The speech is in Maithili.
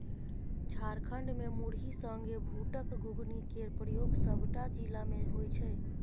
झारखंड मे मुरही संगे बुटक घुघनी केर प्रयोग सबटा जिला मे होइ छै